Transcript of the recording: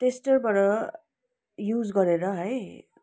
टेस्टरबाट use गरेर है